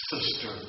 sister